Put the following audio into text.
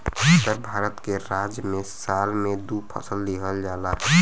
उत्तर भारत के राज्य में साल में दू फसल लिहल जाला